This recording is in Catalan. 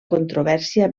controvèrsia